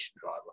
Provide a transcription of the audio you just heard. driver